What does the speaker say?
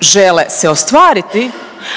žele se ostvari